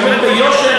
אני אומר לכם ביושר,